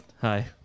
Hi